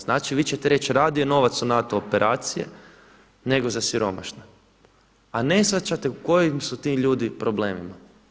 Znači vi ćete reći radije novac u NATO operacije nego za siromašne a ne shvaćate u kojim su ti ljudi problemima.